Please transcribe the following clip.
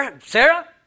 Sarah